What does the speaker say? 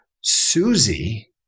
Susie